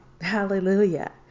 Hallelujah